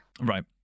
right